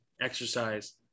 exercise